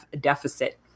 deficit